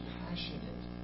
passionate